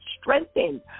strengthened